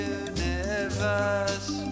universe